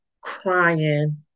crying